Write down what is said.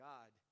God